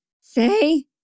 say